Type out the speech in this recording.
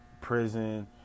prison